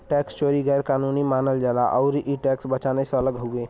tax चोरी गैर कानूनी मानल जाला आउर इ टैक्स बचाना से अलग हउवे